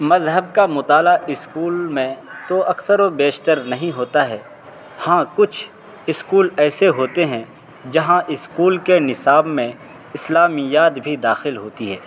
مذہب کا مطالعہ اسکول میں تو اکثر و بیشتر نہیں ہوتا ہے ہاں کچھ اسکول ایسے ہوتے ہیں جہاں اسکول کے نصاب میں اسلامیات بھی داخل ہوتی ہیں